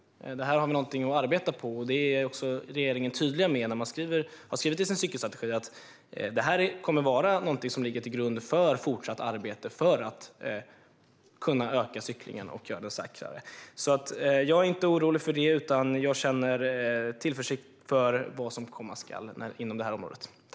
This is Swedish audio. Där har vi någonting att arbeta på. Det är regeringen tydlig med när den skrivit i sin cykelstrategi att det kommer att ligga till grund för fortsatt arbete för att kunna öka cyklingen och göra den säkrare. Jag är inte orolig för det. Jag känner tillförsikt inför vad som komma ska inom området.